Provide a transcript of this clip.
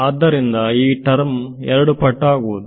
ಆದ್ದರಿಂದ ಈ ಟರ್ಮ್ ಎರಡು ಪಟ್ಟುಆಗುವುದು